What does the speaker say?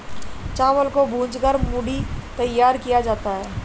चावल को भूंज कर मूढ़ी तैयार किया जाता है